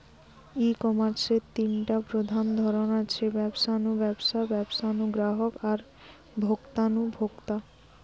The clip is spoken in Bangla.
ই কমার্সের তিনটা প্রধান ধরন আছে, ব্যবসা নু ব্যবসা, ব্যবসা নু গ্রাহক আর ভোক্তা নু ভোক্তা